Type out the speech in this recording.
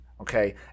Okay